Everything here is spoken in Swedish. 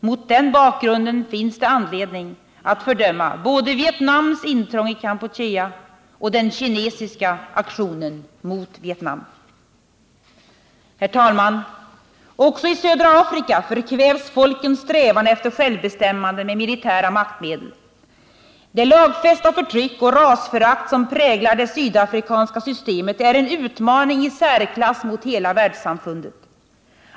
Mot den bakgrunden finns det anledning att fördöma både Vietnams intrång i Kampuchea och den kinesiska aktionen mot Vietnam. Herr talman! Också i södra Afrika förkvävs folkens strävan efter självbestämmande med militära maktmedel. Det lagfästa förtryck och rasförakt som präglar det sydafrikanska systemet är en utmaning i särklass mot hela världssamfundet.